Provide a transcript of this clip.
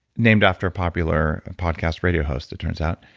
named after a popular podcast radio host, it turns out,